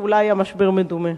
שאולי הוא משבר מדומה.